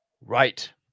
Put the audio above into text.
right